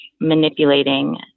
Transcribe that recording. manipulating